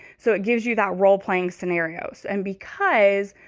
so it gives you that role playing scenarios. and because,